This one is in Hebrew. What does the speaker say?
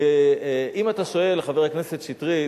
ואם אתה שואל, חבר הכנסת שטרית,